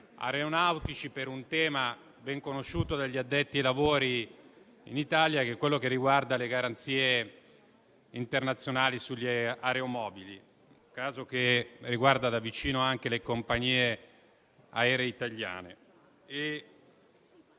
aeronautici per una questione ben nota agli addetti ai lavori in Italia, quella concernente le garanzie internazionali sugli aeromobili; caso che riguarda da vicino anche le compagnie aeree italiane.